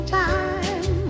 time